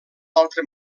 altra